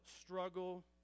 struggle